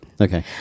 Okay